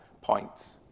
points